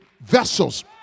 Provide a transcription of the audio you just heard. vessels